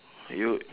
you